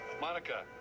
Monica